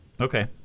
Okay